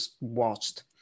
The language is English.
watched